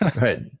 right